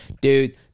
dude